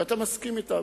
ואתה מסכים אתה,